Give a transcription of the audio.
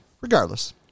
Regardless